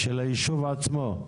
של היישוב עצמו?